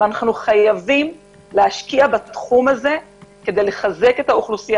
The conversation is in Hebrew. אנחנו חייבים להשקיע בתחום הזה כדי לחזק את האוכלוסייה